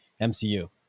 MCU